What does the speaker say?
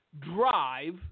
drive